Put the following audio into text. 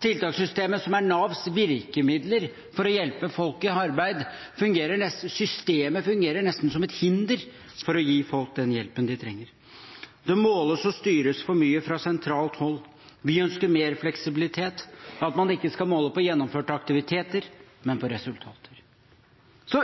Tiltakssystemet som er Navs virkemiddel for å hjelpe folk i arbeid, fungerer nesten som et hinder for å gi folk den hjelpen de trenger. Det måles og styres for mye fra sentralt hold. Vi ønsker mer fleksibilitet – at man ikke skal måle på gjennomførte aktiviteter, men på resultater.